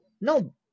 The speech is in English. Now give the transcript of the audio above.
no